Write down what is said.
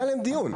היה עליהם דיון.